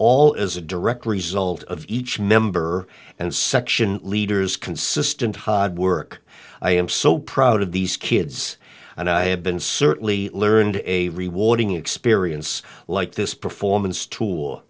all as a direct result of each member and section leaders consistent hard work i am so proud of these kids and i have been certainly learned a rewarding experience like this performance tool